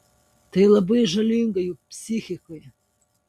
tai labai žalinga jų psichikai